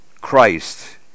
Christ